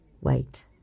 Wait